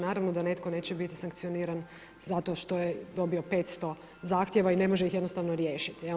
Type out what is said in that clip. Naravno da netko neće biti sankcioniran zato što je dobio 500 zahtjeva i ne može ih jednostavno riješiti.